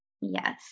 Yes